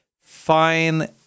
fine